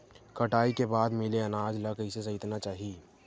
कटाई के बाद मिले अनाज ला कइसे संइतना चाही?